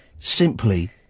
simply